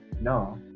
No